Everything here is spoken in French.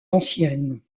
ancienne